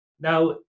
Now